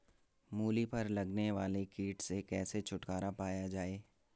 मूली पर लगने वाले कीट से कैसे छुटकारा पाया जाये?